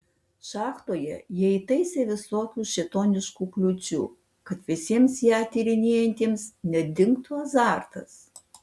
šachtoje jie įtaisė visokių šėtoniškų kliūčių kad visiems ją tyrinėjantiems nedingtų azartas